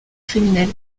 criminelle